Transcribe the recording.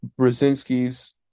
Brzezinski's